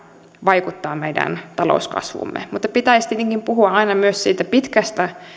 vaikuttaa meidän talouskasvuumme mutta pitäisi tietenkin puhua aina myös siitä pitkästä